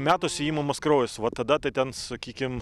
metuosi imamas kraujas va tada tai ten sakykim